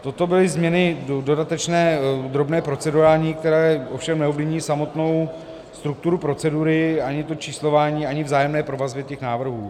Toto byly změny dodatečné, drobné procedurální, které ovšem neovlivní samotnou strukturu procedury, ani to číslování, ani vzájemné provazy těch návrhů.